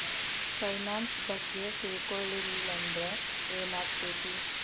Finance ಬಗ್ಗೆ ತಿಳ್ಕೊಳಿಲ್ಲಂದ್ರ ಏನಾಗ್ತೆತಿ?